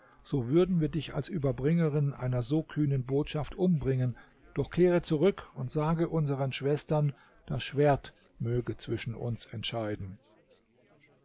so würden wir dich als überbringerin einer so kühnen botschaft umbringen doch kehre zurück und sage unseren schwestern das schwert möge zwischen uns entscheiden